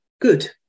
good